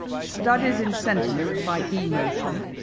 studies in sentiment by e. motion,